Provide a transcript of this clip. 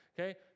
okay